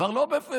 כבר לא בפברואר: